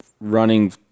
running